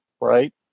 Right